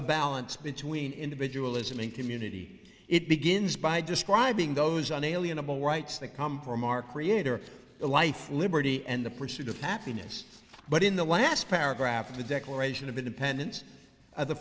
the balance between individual isn't in community it begins by describing those unalienable rights that come from our creator a life liberty and the pursuit of happiness but in the last paragraph of the declaration of independence of the